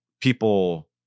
people